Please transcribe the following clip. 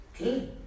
Okay